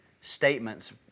statements